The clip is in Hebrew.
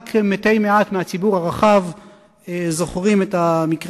בימים של משא-ומתן לשחרורו של החייל גלעד שליט.